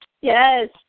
Yes